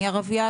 אני ערבייה,